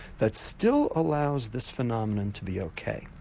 that still allows this phenomenon to be ok?